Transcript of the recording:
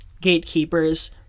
gatekeepers